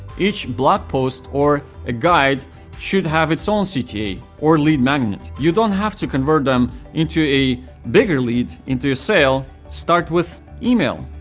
each blog post or a guide should have its own cta or lead magnet. you don't have to convert them into a bigger lead into a sale, start with email,